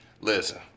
Listen